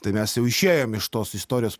tai mes jau išėjom iš tos istorijos